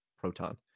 proton